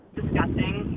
disgusting